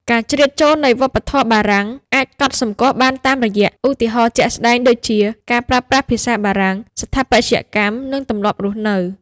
ការជ្រៀតចូលនៃវប្បធម៌បារាំងអាចកត់សម្គាល់បានតាមរយៈ ឧទាហរណ៍ជាក់ស្ដែង ដូចជា ការប្រើប្រាស់ភាសាបារាំង ស្ថាបត្យកម្ម និងទម្លាប់រស់នៅ។